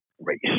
race